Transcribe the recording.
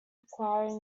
acquiring